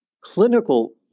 clinical